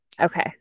Okay